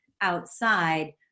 outside